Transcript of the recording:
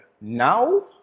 Now